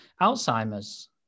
Alzheimer's